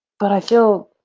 but, i feel